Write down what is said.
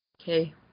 Okay